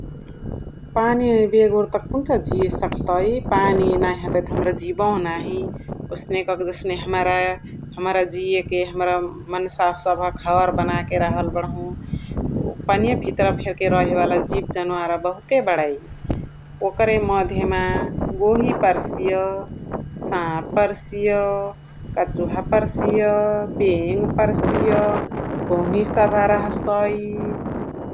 पानी बेगुर कुन्चा जिय सक्तै । पानी नही हतै त हमरा जिबहु नाहि, ओसने क के जसने हमरा हमरा जिय के हमरा मन्साव सभ घर बना के रहल बडहु । पानीय भितर फेर्के रहे वाला जिब जनावर फेर्के बहुते बणै ओकरे मधे मा गोही पर्सिय, साप पर्सिय, कछुहा पर्सिय, बेङ पर्सिय, घोङी सभ रहसै ।